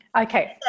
okay